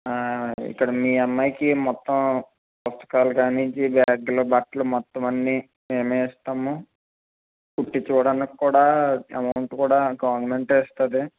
ఇక్కడ మీ అమ్మాయికి మొత్తం పుస్తకాల నుంచి బ్యాగులు బట్టలు మొత్తం అన్నీ మేము ఇస్తాము కుట్టించుకోవడానికి కూడా అమౌంట్ కూడా గవర్నమెంట్ ఇస్తుంది